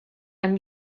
amb